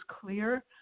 clear